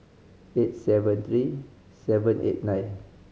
eight seven three seven eight nine